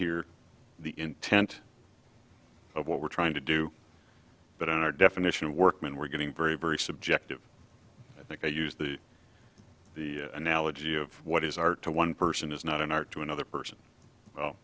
intent of what we're trying to do but in our definition of workman we're getting very very subjective i think they use the the analogy of what is art to one person is not an art to another person oh